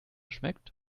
schmeckt